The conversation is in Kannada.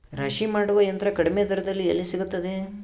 ರಾಶಿ ಮಾಡುವ ಯಂತ್ರ ಕಡಿಮೆ ದರದಲ್ಲಿ ಎಲ್ಲಿ ಸಿಗುತ್ತದೆ?